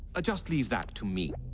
just leave that to me